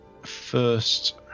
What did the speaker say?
first